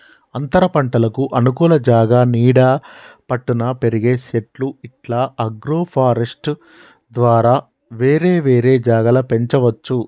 అంతరపంటలకు అనుకూల జాగా నీడ పట్టున పెరిగే చెట్లు ఇట్లా అగ్రోఫారెస్ట్య్ ద్వారా వేరే వేరే జాగల పెంచవచ్చు